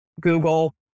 Google